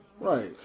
Right